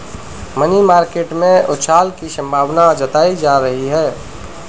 money market में उछाल की संभावना जताई जा रही है